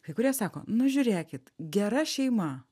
kai kurie sako nu žiūrėkit gera šeima